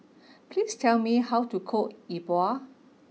please tell me how to cook E Bua